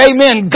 Amen